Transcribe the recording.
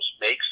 makes